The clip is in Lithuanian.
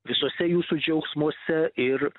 visuose jūsų džiaugsmuose ir